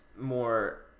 more